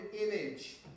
image